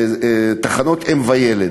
התחנות לאם ולילד,